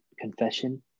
confession